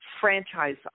franchise